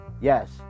Yes